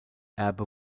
erbe